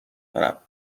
کنم